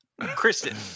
Kristen